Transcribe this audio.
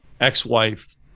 ex-wife